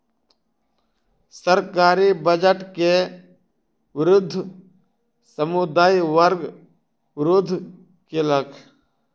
सरकारी बजट के विरुद्ध समुदाय वर्ग विरोध केलक